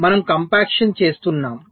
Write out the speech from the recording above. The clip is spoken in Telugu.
మనం కంప్యాక్షన్ చేస్తున్నాము